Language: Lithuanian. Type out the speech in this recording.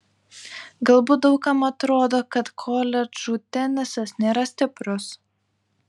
galbūt daug kam atrodo kad koledžų tenisas nėra stiprus